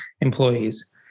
employees